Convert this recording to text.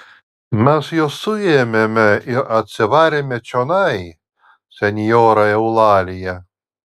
mes juos suėmėme ir atsivarėme čionai senjora eulalija